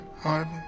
Harvey